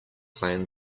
clan